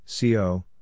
CO